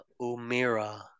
Umira